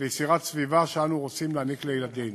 ליצירת סביבה שאנו רוצים להעניק לילדים.